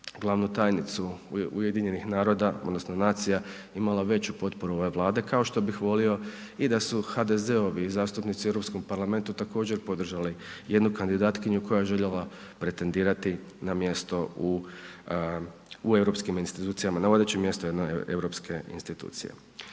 glavnu tajnicu UN-a imala veću potporu ove Vlade kao što bih volio i da su HDZ-ovi zastupnici u Europskom parlamentu također podržali jednu kandidatkinju koja je željela pretendirati na mjesto u europskim institucijama, na vodeće mjesto jedne europske institucije.